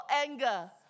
anger